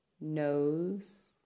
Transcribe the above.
Nose